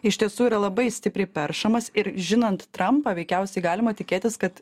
iš tiesų yra labai stipriai peršamas ir žinant trampą veikiausiai galima tikėtis kad